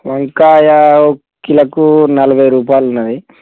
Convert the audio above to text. వంకాయ కిలోకు నలభై రూపాయలున్నది